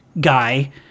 guy